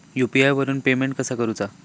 UPI वरून payment कसा करूचा?